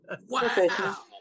Wow